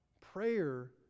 Prayer